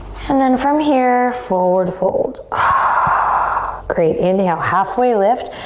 and then from here, forward fold. ah great, inhale, halfway lift.